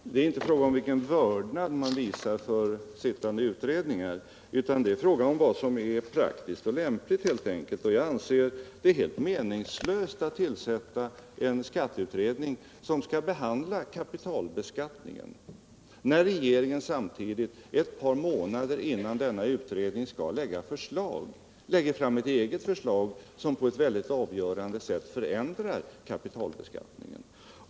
Herr talman! Det är inte fråga om vilken vördnad man visar för sittande utredningar utan det är helt enkelt fråga om vad som är praktiskt och lämpligt. Jag anser det helt meningslöst att tillsätta en skatteutredning som skall behandla kapitalbeskattningen, när regeringen ett par månader innan denna utredning skall redovisa sina förslag lägger fram en proposition, som på ett avgörande sätt förändrar kapitalbeskattningen.